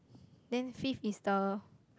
then fifth is the